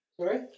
Sorry